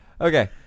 Okay